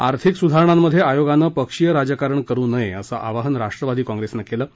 आर्थिक सुधारणांमध्ये आयोगानं पक्षीय राजकारण करू नये असं आवाहन राष्ट्रवादी काँप्रेसनं केलं आहे